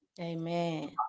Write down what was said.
amen